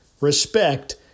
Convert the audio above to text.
respect